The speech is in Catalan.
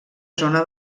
zona